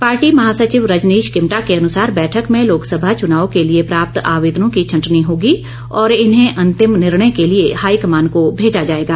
party महासचिव रजनीश किमटा के अनुसार बैठक में लोकसभा चुनाव के लिए प्राप्त आवेदनों की छंटनी होगी और इन्हें अंतिम निर्णय के लिए हाईकमान को भेजा जाएगा